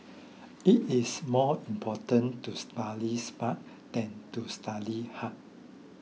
it is more important to study smart than to study hard